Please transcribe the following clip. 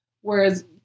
Whereas